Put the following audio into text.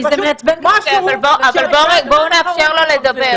אבל בואו נאפשר לו לדבר.